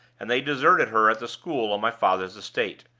and they deserted her at the school on my father's estate.